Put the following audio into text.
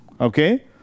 Okay